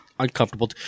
Uncomfortable